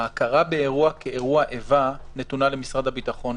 ההכרה באירוע כאירוע איבה נתונה למשרד הביטחון,